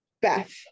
Beth